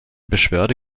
beschwerde